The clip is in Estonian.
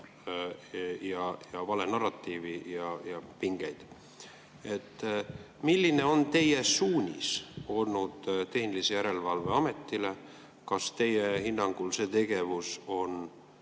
valenarratiivi ja pingeid. Milline on olnud teie suunis tehnilise järelevalve ametile? Kas teie hinnangul see tegevus on